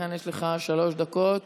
יש לך שלוש דקות,